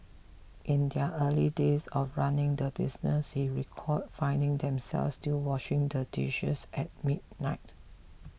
in their early days of running the business he recalled finding themselves still washing the dishes at midnight